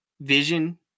vision